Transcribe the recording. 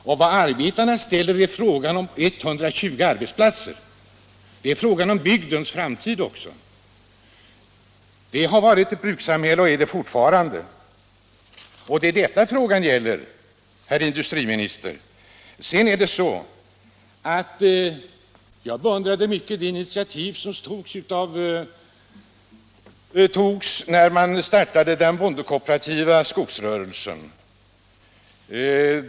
Den fråga som arbetarna ställer avser 120 arbetsplatser. Det är också en fråga om bygdens framtid. Det är detta frågan gäller, herr industriminister. Jag beundrade mycket det initiativ som togs i och med startandet av den bondekooperativa skogsrörelsen.